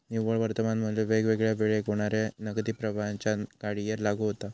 निव्वळ वर्तमान मू्ल्य वेगवेगळ्या वेळेक होणाऱ्या नगदी प्रवाहांच्या कडीयेवर लागू होता